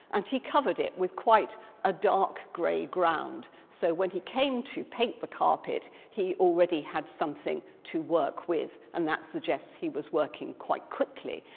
and he covered it with quite a dark grey ground. so when he came to paint the carpet, he already had something to work with and that suggests he was working quite quickly.